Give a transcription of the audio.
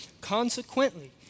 Consequently